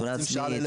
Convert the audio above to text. תאונה עצמית,